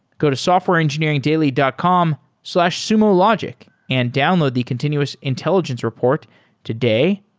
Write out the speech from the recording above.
go to softwareengineeringdaily dot com slash sumologic and download the continuous intelligence report today.